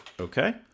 okay